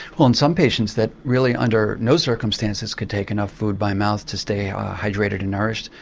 well in some patients that really under no circumstances could take enough food by mouth to stay hydrated and nourished,